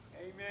Amen